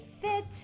FIT